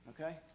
Okay